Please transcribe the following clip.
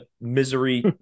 misery